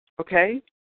Okay